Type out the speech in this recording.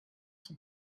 son